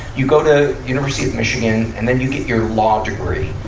you go to university of michigan, and then you get your law degree.